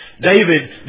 David